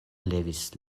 levis